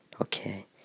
Okay